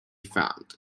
found